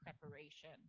preparation